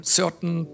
certain